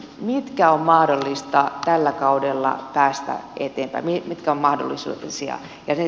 minkä on mahdollista tällä kaudella päästä eteenpäin